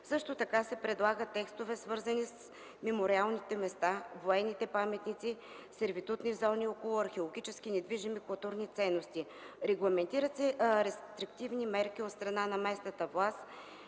Също така се предлагат текстове, свързани с мемориалните места, военните паметници, сервитутни зони около археологически недвижими културни ценности. Регламентират се рестриктивни мерки от страна на местната власт